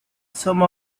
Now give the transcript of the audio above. some